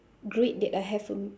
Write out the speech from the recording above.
great that I have a m~